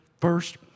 first